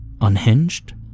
unhinged